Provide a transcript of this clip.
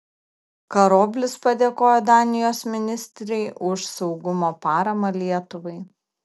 karoblis padėkojo danijos ministrei už saugumo paramą lietuvai